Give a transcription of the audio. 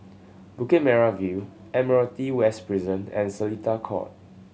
Bukit Merah View Admiralty West Prison and Seletar Court